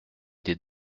des